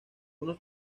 unos